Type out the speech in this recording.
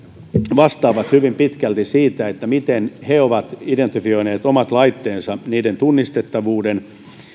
vastaavat hyvin pitkälti siitä miten he ovat identifioineet omat laitteensa niiden tunnistettavuudesta